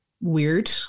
weird